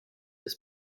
des